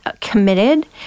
Committed